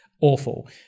awful